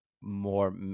more